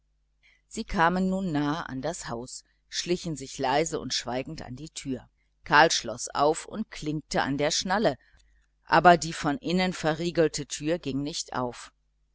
sie kamen nun nahe an das haus schlichen sich leise und schweigend an die türe karl schloß auf und klinkte an der schnalle aber die von innen verriegelte türe ging nicht auf